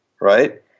right